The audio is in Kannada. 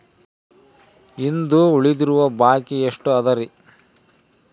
ಇಂದು ಉಳಿದಿರುವ ಬಾಕಿ ಎಷ್ಟು ಅದರಿ?